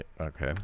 Okay